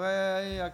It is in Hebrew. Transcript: חברי הכנסת,